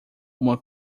uma